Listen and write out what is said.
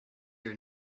your